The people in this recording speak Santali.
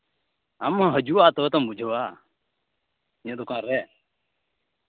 ᱟᱢᱮᱢ ᱦᱤᱡᱩᱜᱼᱟ ᱛᱚᱵᱮ ᱛᱚ ᱵᱩᱡᱷᱟᱹᱣᱟ ᱤᱧᱟᱹᱜ ᱫᱚᱠᱟᱱ ᱨᱮ